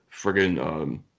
friggin